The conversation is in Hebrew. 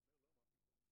הוא אומר, לא, מה פתאום,